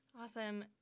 Awesome